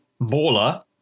Baller